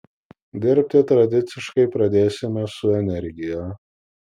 dirbti tradiciškai pradėsime su energija